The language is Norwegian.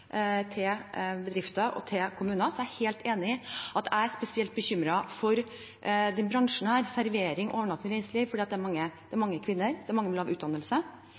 til bedrifter og til kommuner. Så er jeg er helt enig, jeg er spesielt bekymret for denne bransjen, servering, overnatting og reiseliv, for det er mange kvinner, det er mange med lav utdannelse, og det er mange